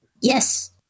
Yes